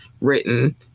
Written